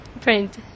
print